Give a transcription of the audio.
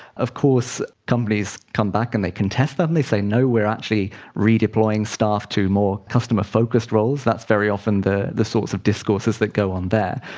of course companies come back and they contest that, and they say no, we are actually redeploying staff to more customer focused roles. that's very often the the sorts of discourses that go on there.